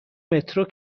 مترو